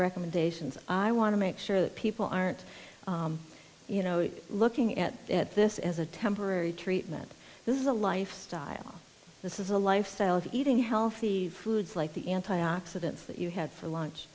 recommendations i want to make sure that people aren't you know looking at this as a temporary treatment this is a lifestyle this is a lifestyle of eating healthy foods like the antioxidants that you had for lunch